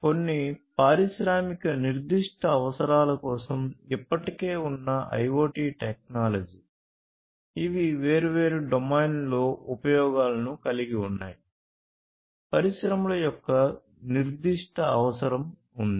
కొన్ని పారిశ్రామిక నిర్దిష్ట అవసరాల కోసం ఇప్పటికే ఉన్న IoT టెక్నాలజీ ఇవి వేర్వేరు డొమైన్లలో ఉపయోగాలను కలిగి ఉంటాయి పరిశ్రమల యొక్క నిర్దిష్ట అవసరం ఉంది